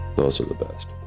those are the best.